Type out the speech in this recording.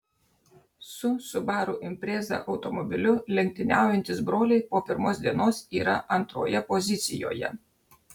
su subaru impreza automobiliu lenktyniaujantys broliai po pirmos dienos yra antroje pozicijoje